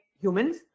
humans